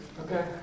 okay